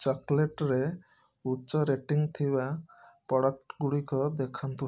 ଚକଲେଟ୍ରେ ଉଚ୍ଚ ରେଟିଂ ଥିବା ପ୍ରଡ଼କ୍ଟ୍ଗୁଡ଼ିକ ଦେଖାନ୍ତୁ